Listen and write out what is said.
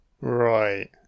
Right